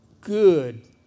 good